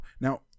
Now